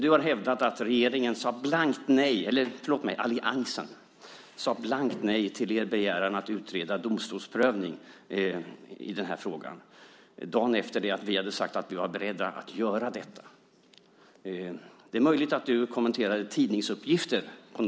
Du har hävdat att alliansen sade blankt nej till er begäran att utreda domstolsprövning i den här frågan dagen efter det att vi hade sagt att vi var beredda att göra det. Det är möjligt att du kommenterade tidningsuppgifter.